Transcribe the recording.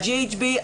ה-GHB,